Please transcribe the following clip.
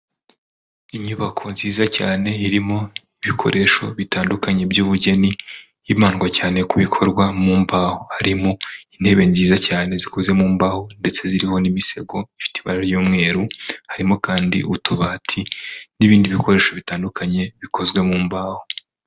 Inyubako nziza cyane irimo ibikoresho bitandukanye by'ubugeni, hibandwa cyane ku bikorwa mu mbaho, harimo intebe nziza cyane zikoze mu mbaho, ndetse ziriho n'imisego ifite ibara ry'umweru, harimo kandi utubati n'ibindi bikoresho bitandukanye bikozwe mu mbaho.